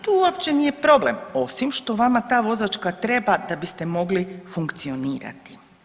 Tu uopće nije problem osim što vama ta vozačka treba da biste mogli funkcionirati.